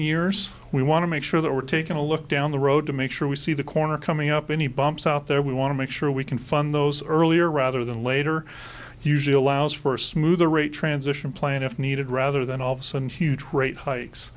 years we want to make sure that we're taking a look down the road to make sure we see the corner coming up any bumps out there we want to make sure we can fund those earlier rather than later usual laos for a smooth or a transition plan if needed rather than all of us and huge rate hikes